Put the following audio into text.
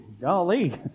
Golly